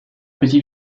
petit